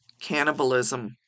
cannibalism